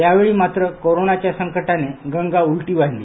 या वेळी मात्र कोरोनाच्या संकटाने गंगा उलटी वाहिली